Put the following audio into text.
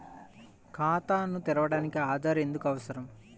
ఖాతాను తెరవడానికి ఆధార్ ఎందుకు అవసరం?